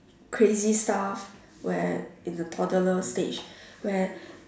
crazy stuff where in the toddler stage where